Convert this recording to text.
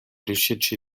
riuscirci